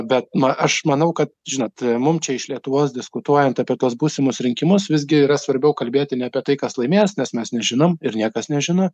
bet na aš manau kad žinot mum čia iš lietuvos diskutuojant apie tuos būsimus rinkimus visgi yra svarbiau kalbėti ne apie tai kas laimės nes mes nežinom ir niekas nežino